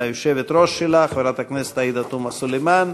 וליושבת-ראש שלה חברת הכנסת עאידה תומא סלימאן,